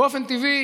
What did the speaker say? באופן טבעי